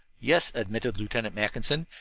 yes, admitted lieutenant mackinson,